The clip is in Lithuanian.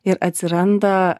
ir atsiranda